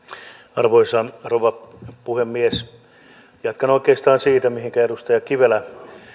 arvoisa rouva puhemies jatkan oikeastaan siitä mihinkä edustaja kivelä